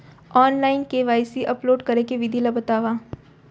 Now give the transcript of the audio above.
Online KYC upload करे के विधि ला बतावव?